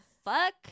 fuck